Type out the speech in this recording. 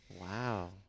Wow